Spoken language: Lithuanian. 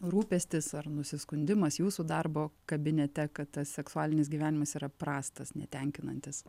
rūpestis ar nusiskundimas jūsų darbo kabinete kad tas seksualinis gyvenimas yra prastas netenkinantis